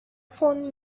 phone